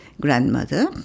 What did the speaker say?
grandmother